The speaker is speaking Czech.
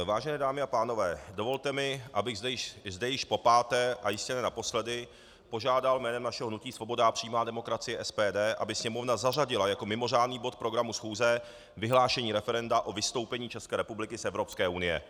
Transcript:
Vážené dámy a pánové, dovolte mi, abych zde již popáté a jistě ne naposledy požádal jménem našeho hnutí Svoboda a přímá demokracie, SPD, aby Sněmovna zařadila jako mimořádný bod programu schůze vyhlášení referenda o vystoupení České republiky z Evropské unie.